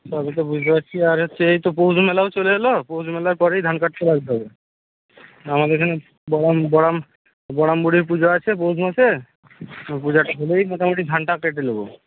ব্যাপারটা বুঝতে পারছি আর হচ্ছে এই তো পৌষ মেলাও চলে এলো পৌষ মেলার পরেই ধান কাটতে লাগতে হবে আমাদের এখানে বড়াম বড়াম বড়াম বুড়ির পুজো আছে পৌষ মাসে পূজাটা হলেই মোটামুটি ধানটা কেটে নেব